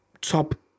top